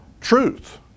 truth